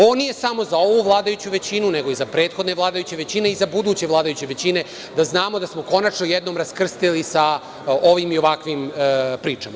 Ovo nije samo za ovu vladajuću većinu, nego i za prethodne vladajuće većine i za buduće vladajuće većine, da znamo da smo konačno jednom raskrstili sa ovim i ovakvim pričama.